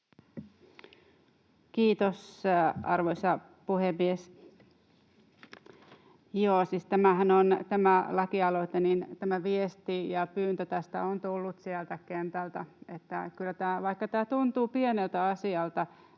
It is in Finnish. Kiitos, arvoisa puhemies! Viesti ja pyyntö tästä lakialoitteesta on tullut sieltä kentältä. Vaikka tämä tuntuu pieneltä asialta,